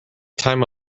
time